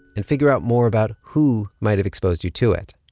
and figure out more about who might have exposed you to it